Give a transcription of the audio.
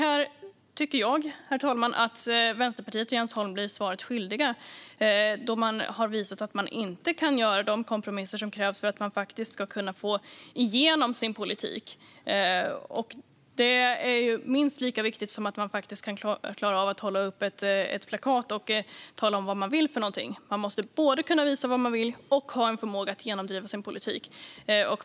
Här tycker jag att Vänsterpartiet och Jens Holm blir svaret skyldiga då man har visat att man inte kan göra de kompromisser som krävs för att man ska kunna få igenom sin politik. Det är minst lika viktigt som att klara av att hålla upp ett plakat och tala om vad man vill för någonting. Man måste både kunna visa vad man vill och ha en förmåga att genomdriva sin politik.